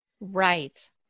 right